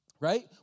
Right